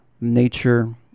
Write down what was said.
nature